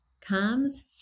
comes